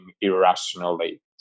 irrationally